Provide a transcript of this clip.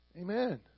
Amen